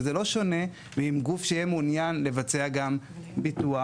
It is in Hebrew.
וזה לא שונה מגוף שיהיה מעוניין לבצע גם ביטוח,